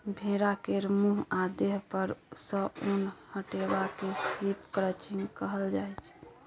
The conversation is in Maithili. भेड़ा केर मुँह आ देह पर सँ उन हटेबा केँ शिप क्रंचिंग कहल जाइ छै